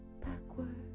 backwards